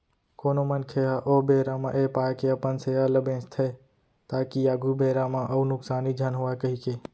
कोनो मनखे ह ओ बेरा म ऐ पाय के अपन सेयर ल बेंचथे ताकि आघु बेरा म अउ नुकसानी झन होवय कहिके